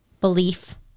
belief